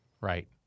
Right